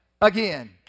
again